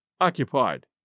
occupied